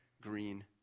green